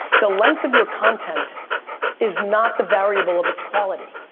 the length of your content is not the variable of its quality.